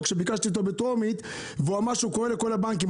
שביקשתי אותו בטרומית והוא אמר שהוא קורא לכל הבנקים.